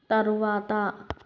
తరువాత